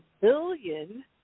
billion